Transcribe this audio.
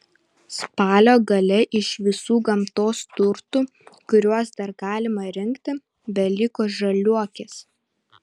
spalio gale iš visų gamtos turtų kuriuos dar galime rinkti beliko žaliuokės